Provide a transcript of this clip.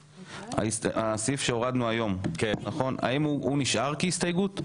הסעיף שהורדנו היום, האם הוא נשאר כהסתייגות?